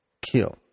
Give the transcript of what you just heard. kill